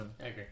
Okay